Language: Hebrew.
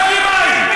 גם למים.